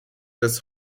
des